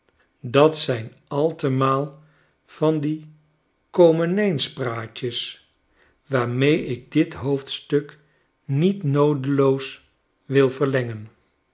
dat zijn altemaal van die kodmenijspraatjes waarmee ik dit hoofdstuk niet noodeloos wil verlengen